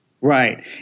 Right